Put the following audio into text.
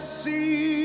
see